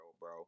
bro